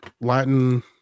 Latin